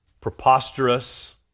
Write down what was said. preposterous